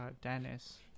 Dennis